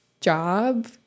job